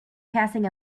passing